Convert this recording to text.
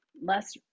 less